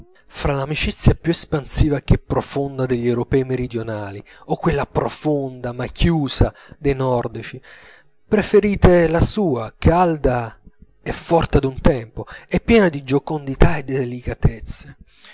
fra l'amicizia più espansiva che profonda degli europei meridionali o quella profonda ma chiusa dei nordici preferite la sua calda e forte ad un tempo e piena di giocondità e di delicatezze